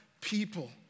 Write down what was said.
people